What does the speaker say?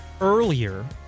earlier